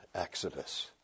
exodus